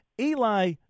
Eli